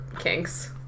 kinks